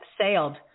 sailed